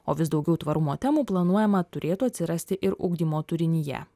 o vis daugiau tvarumo temų planuojama turėtų atsirasti ir ugdymo turinyje